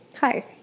Hi